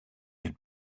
had